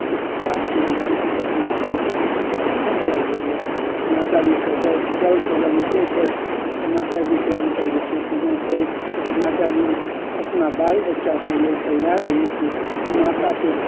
ओहि प्रसादके जे छै कि ग्रहण कऽ कऽ सभकेँ वितरण कयल जाइया माता जी सभ जल जलसँ जहन निकलैत छथि माता जीके जे छै हुनकर पूजन करैत माता जी अपना बाल बच्चाके लेल कल्याण हेतू माताके